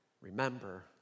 Remember